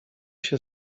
się